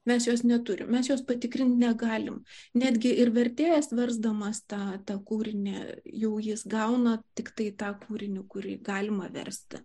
mes jos neturim mes juos patikrint negalim netgi ir vertėjas versdamas tą tą kūrinį jau jis gauna tiktai tą kūrinį kurį galima versti